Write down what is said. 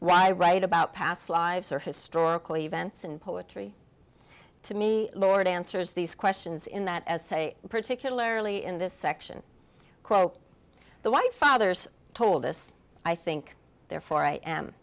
i write about past lives or historical events and poetry to me lord answers these questions in that as say particularly in this section quote the white fathers told us i think therefore i am